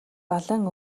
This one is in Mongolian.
далайн